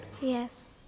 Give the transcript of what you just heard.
Yes